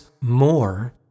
more